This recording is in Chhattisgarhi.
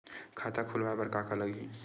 खाता खुलवाय बर का का लगही?